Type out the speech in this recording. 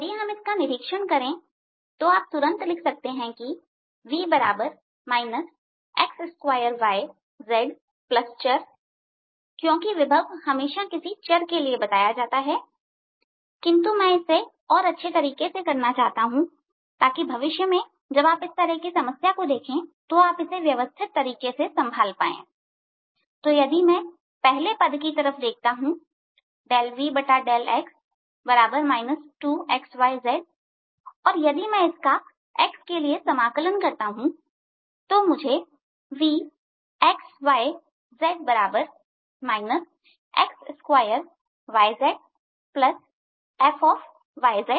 यदि हम इसका निरीक्षण करें आप तुरंत लिख सकते हैं कि V x2yzचर क्योंकि विभव हमेशा किसी चर के लिए बताया जाता है किंतु मैं इसे और अच्छे तरीके से करना चाहता हूं ताकि भविष्य में जब आप इस तरह की समस्या देखें तो आप इसे व्यवस्थित तरीके से संभाल पाए तो यदि मैं पहले पद की तरफ देखता हूं Vδx 2xyz और यदि मैं इसका x के लिए समाकलन करता हूं तो मुझे V x2yzfy z